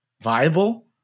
viable